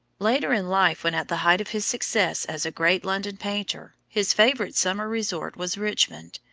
later in life, when at the height of his success as a great london painter, his favorite summer resort was richmond,